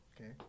Okay